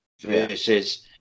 versus